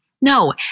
no